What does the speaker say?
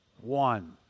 One